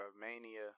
mania